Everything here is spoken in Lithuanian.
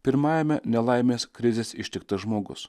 pirmajame nelaimės krizės ištiktas žmogus